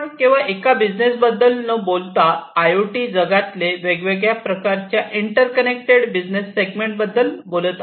आपण केवळ एका बिझनेस बद्दल न बोलता आय ओ टी जगातले वेगवेगळ्या प्रकारच्या इंटर्कनेक्टेड बिझनेस सेगमेंट बद्दल बोलत आहोत